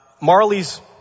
Marley's